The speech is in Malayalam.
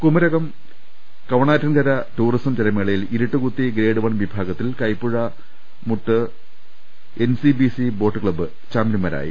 കുമരകം കവണാറ്റിൻകര ടൂറിസം ജലമേളയിൽ ഇരുട്ടുകുത്തി ഗ്രേഡ് വൺ വിഭാഗത്തിൽ Kaipuzha Muttu NCBC boat club ചാമ്പ്യൻമാരായി